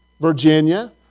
Virginia